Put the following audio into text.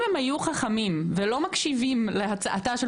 אם הם היו חכמים ולא מקשיבים להצעתה של